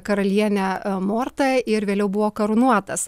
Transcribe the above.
karaliene morta ir vėliau buvo karūnuotas